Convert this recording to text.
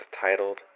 titled